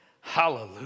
Hallelujah